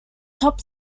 top